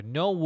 no